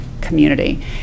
community